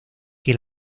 que